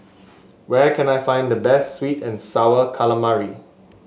where can I find the best sweet and sour calamari